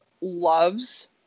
loves